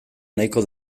nahiko